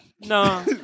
No